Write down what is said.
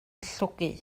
llwgu